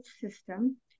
system